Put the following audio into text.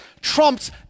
trumps